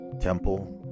Temple